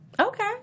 Okay